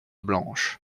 blanche